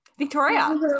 Victoria